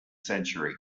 century